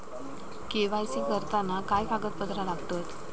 KYC करताना काय कागदपत्रा लागतत?